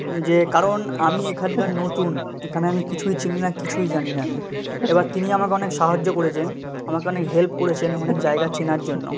যে কারণ আমি এখানকার নতুন এখানে আমি কিছুই চিনি না কিছুই জানি না আমি এবার তিনি আমাকে অনেক সাহায্য করেছেন আমাকে অনেক হেল্প করেছেন অনেক জায়গা চেনার জন্য